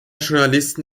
journalisten